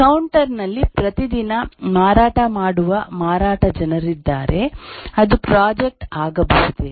counter ನಲ್ಲಿ ಪ್ರತಿದಿನ ಮಾರಾಟ ಮಾಡುವ ಮಾರಾಟ ಜನರಿದ್ದಾರೆ ಅದು ಪ್ರಾಜೆಕ್ಟ್ ಆಗಬಹುದೇ